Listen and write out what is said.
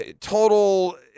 total